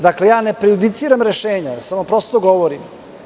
Dakle, ne prejudiciram rešenje, samo prosto govorim.